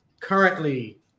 currently